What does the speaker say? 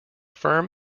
firm